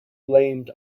blamed